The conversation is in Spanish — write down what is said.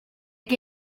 que